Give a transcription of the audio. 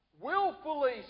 willfully